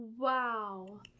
Wow